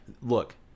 look